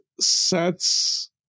sets